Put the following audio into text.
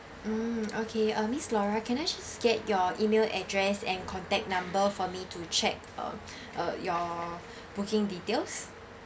mm okay uh miss laura can I just get your email address and contact number for me to check um uh your booking details